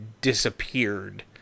disappeared